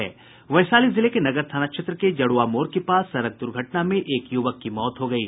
वैशाली जिले के नगर थाना क्षेत्र के जरूआ मोड के पास सडक दुर्घटना में एक यूवक की मौत हो गयी